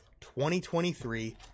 2023